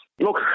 look